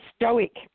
stoic